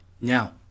now